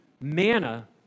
manna